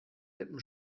lippen